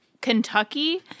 Kentucky